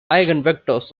eigenvectors